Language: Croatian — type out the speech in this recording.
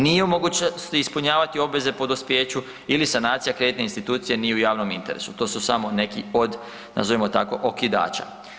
Nije moguće ispunjavati obveze po dospijeću ili sanacija kreditne institucije nije u javnom interesu, to su samo neki od nazovimo tako, okidača.